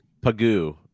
Pagoo